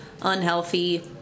unhealthy